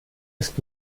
ist